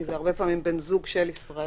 כי הרבה פעמים זה בן זוג של ישראלי.